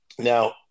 Now